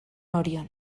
orion